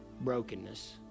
brokenness